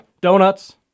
Donuts